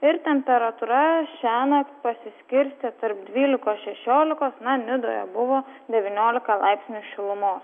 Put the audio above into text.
ir temperatūra šiąnakt pasiskirstė tarp dvylikos šešiolikos na nidoje buvo devyniolika laipsnių šilumos